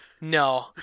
No